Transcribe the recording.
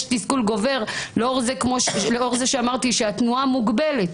יש תסכול גובר לאור זה שאמרתי שהתנועה מוגבלת,